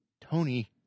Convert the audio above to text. Tony